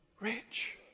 Rich